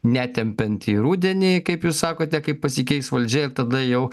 netempiant į rudenį kaip jūs sakote kai pasikeis valdžia ir tada jau